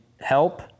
help